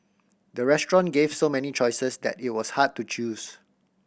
the restaurant gave so many choices that it was hard to choose